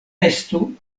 estu